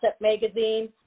magazine